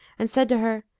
and said to her,